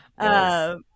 yes